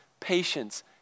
Patience